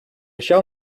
shall